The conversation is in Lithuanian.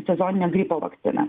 sezoninio gripo vakciną